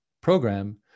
program